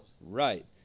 right